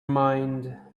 mind